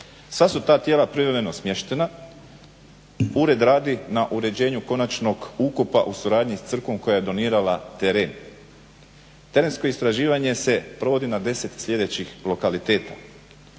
Sva su ta tijela privremeno smještena, ured radi na uređenju konačnog ukopa u suradnji sa crkvom koja je donirala teren. Terensko istraživanje se provodi na 10 sljedećih lokaliteta.